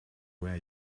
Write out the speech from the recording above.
wear